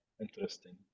Interesting